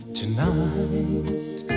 tonight